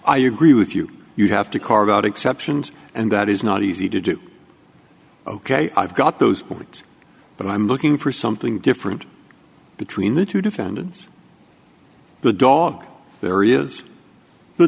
i agree with you you have to carve out exceptions and that is not easy to do ok i've got those words but i'm looking for something different between the two defendants the dog there is the